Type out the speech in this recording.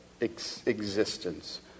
existence